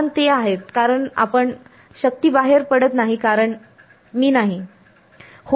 कारण ते आहेत कारण आपण शक्ती बाहेर पाडत नाही कारण मी नाही